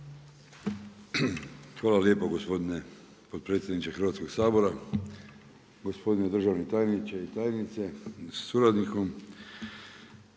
Hvala lijepo gospodine potpredsjedniče Hrvatskoga sabora, gospodine državni tajniče i tajnice sa suradnikom,